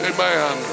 Amen